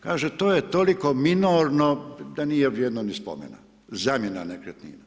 Kaže, to je toliko minorno da nije vrijedno ni spomena, zamjena nekretnina.